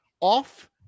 off